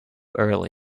early